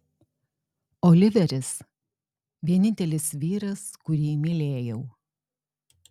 oliveris vienintelis vyras kurį mylėjau